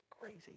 crazy